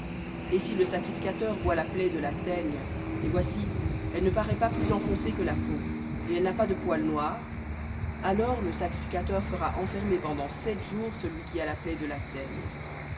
et si le sacrificateur voit la plaie de la teigne et voici elle ne paraît pas plus enfoncée que la peau et elle n'a pas de poil noir alors le sacrificateur fera enfermer pendant sept jours la plaie de la teigne